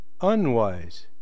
unwise